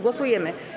Głosujemy.